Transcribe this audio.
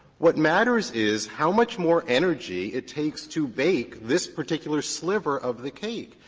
what matters is how much more energy it takes to bake this particular sliver of the cake.